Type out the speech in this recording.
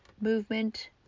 Movement